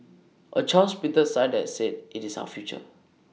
A child's printed sign that said IT is our future